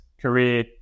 career